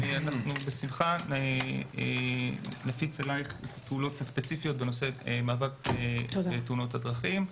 נשלח לך את הפעולות הספציפיות בנושא המאבק בתאונות הדרכים,